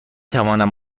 توانم